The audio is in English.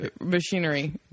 machinery